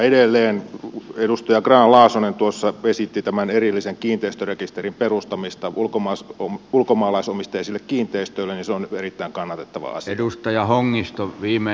edelleen kun edustaja grahn laasonen tuossa esitti erillisen kiinteistörekisterin perustamista ulkomaalaisomisteisille kiinteistöille niin se on erittäin kannatettava asia